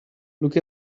look